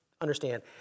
understand